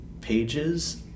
pages